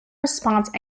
response